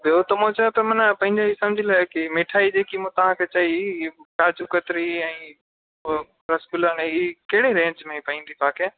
ॿियो त मूं चयो त मन पंहिजे सम्झि लाइ के मिठाई मूं जेकी तव्हांखे चई काजू कतिरी ऐं हो रस्सगुल्ला न हीअ कहिड़ी रेंज में पवंदी पाण खे